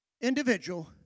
individual